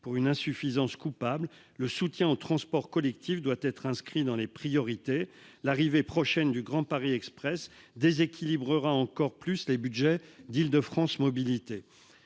pour une insuffisance coupable, le soutien aux transports collectifs doit être inscrit dans les priorités. L'arrivée prochaine du Grand Paris Express déséquilibrera encore plus les budgets d'Île-de-France Mobilités.